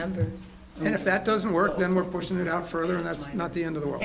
numbers and if that doesn't work then we're pushing it out further and that's not the end of the world